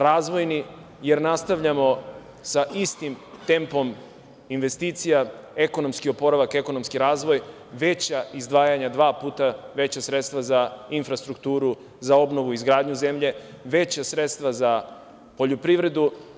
Razvojni je jer nastavljamo sa istim tempom investicija ekonomski oporavak, ekonomski razvoj, veća izdvajanja, dva puta veća sredstva infrastrukturu za obnovu i izgradnju zemlje, već sredstva za poljoprivredu.